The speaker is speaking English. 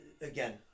Again